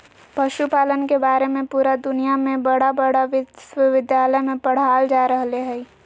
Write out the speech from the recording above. पशुपालन के बारे में पुरा दुनया में बड़ा बड़ा विश्विद्यालय में पढ़ाल जा रहले हइ